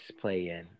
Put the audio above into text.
play-in